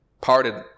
parted